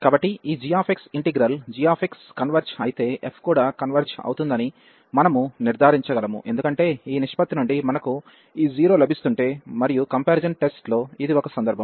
కాబట్టి ఈ g integral g converge అయితే f కూడా కన్వెర్జ్ అవుతుందని మనము నిర్ధారించగలము ఎందుకంటే ఈ నిష్పత్తి నుండి మనకు ఈ 0 లభిస్తుంటే మరియు కంపారిజాన్ టెస్ట్ లో ఇది ఒక సందర్భం